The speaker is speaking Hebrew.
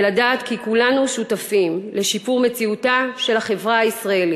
ולדעת כי כולנו שותפים לשיפור מציאותה של החברה הישראלית.